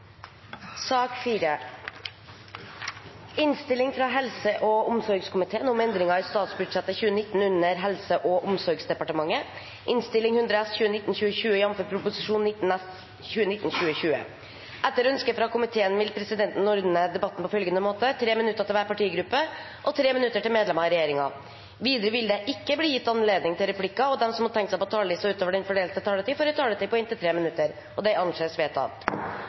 sak nr. 3. Etter ønske fra komiteen vil presidenten ordne debatten på følgende måte: 3 minutter til hver partigruppe og 3 minutter til medlemmer av regjeringen. Videre vil det ikke bli gitt anledning til replikkordskifte, og de som måtte tegne seg på talerlisten utover den fordelte taletid, får en taletid på inntil 3 minutter. Helse- og omsorgsdepartementet legger i proposisjonen fram forslag om endringer av bevilgningene under enkelte kapitler på statsbudsjettet for 2019. Det